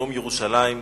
יום ירושלים,